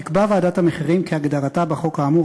תקבע ועדת המחירים כהגדרתה בחוק האמור,